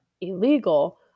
illegal